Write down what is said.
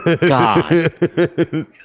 god